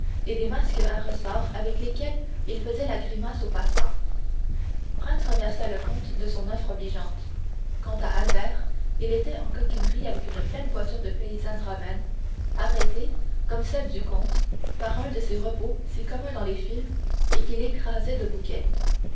et des masques à ressorts avec lesquels ils faisaient la grimace aux passants franz remercia le comte de son offre obligeante quant à albert il était en coquetterie avec une pleine voiture de paysannes romaines arrêtée comme celle du comte par un de ces repos si communs dans les files et qu'il écrasait de bouquets